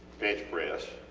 bench press,